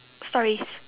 stories